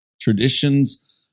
traditions